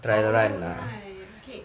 oh right okay